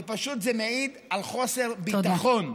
זה פשוט מעיד על חוסר ביטחון,